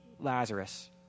Lazarus